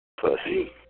Pussy